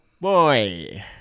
boy